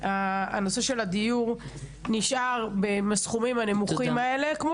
נושא הדיור נשאר בסכומים הנמוכים האלה כמו